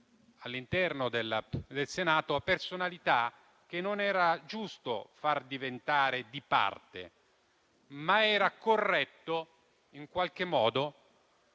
all'interno della del Senato, a personalità che non era giusto far diventare di parte, ma era corretto presentarle per